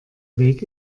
weg